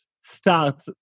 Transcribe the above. start